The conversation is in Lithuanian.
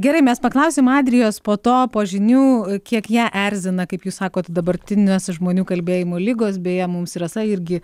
gerai mes paklausim adrijos po to po žinių kiek ją erzina kaip jūs sakot dabartinės žmonių kalbėjimo ligos beje mums rasa irgi